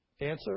Answer